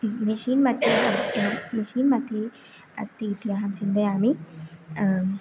machine मध्ये machine मध्ये अस्ति इति अहं चिन्तयामि